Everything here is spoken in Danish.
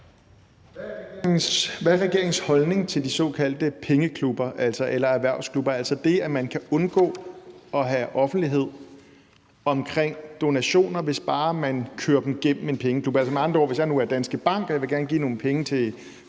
Hvad er regeringens holdning til de såkaldte pengeklubber eller erhvervsklubber, altså det, at man kan undgå at have offentlighed omkring donationer, hvis bare man kører dem igennem en pengeklub? Med andre ord: Hvis jeg nu er Danske Bank og jeg gerne vil give nogle penge til